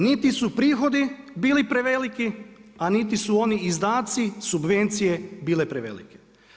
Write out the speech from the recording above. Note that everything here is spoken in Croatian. Niti su prihodi bili preveliki a niti su oni izdaci subvencije bile prevelike.